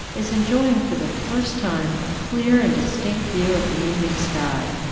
is enjoying for the first time a clear and distinct view of the evening sky.